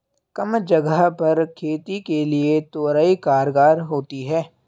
कम जगह पर खेती के लिए तोरई कारगर होती है